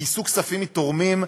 גייסו כספים מתורמים,